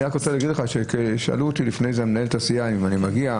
אני רק רוצה להגיד לך ששאלה אותי לפני כן מנהלת הסיעה אם אני מגיע,